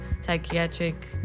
psychiatric